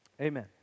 Amen